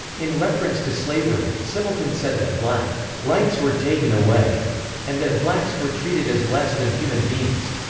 in reference to slavery, simelton said that black rights were taken away and that blacks were treated as less than human beings.